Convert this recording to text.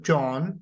John